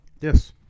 yes